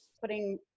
putting